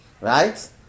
right